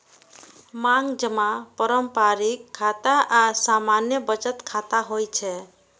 मांग जमा पारंपरिक खाता आ सामान्य बचत खाता होइ छै